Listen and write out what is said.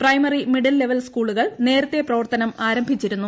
primary middle level സ്കൂളുകൾ നേരത്തെ പ്രവർത്തനും ആരംഭിച്ചിരുന്നു